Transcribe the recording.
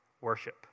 worship